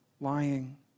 lying